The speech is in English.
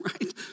right